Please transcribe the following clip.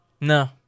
No